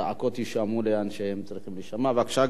בבקשה, גברתי, גם לך שלוש דקות.